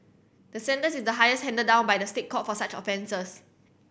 the sentence is the highest handed down by the State Court for such offences